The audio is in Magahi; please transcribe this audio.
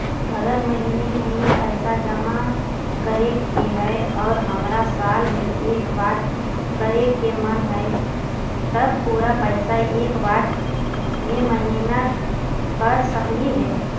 अगर महिने महिने पैसा जमा करे के है और हमरा साल में एक बार करे के मन हैं तब पुरा पैसा एक बार में महिना कर सकली हे?